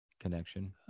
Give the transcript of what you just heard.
connection